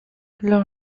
leur